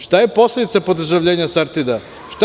Šta je posledica podržavljenja „Sartida“